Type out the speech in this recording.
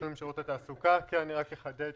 ישנה קבוצה של נשים ערביות ונשים חרדיות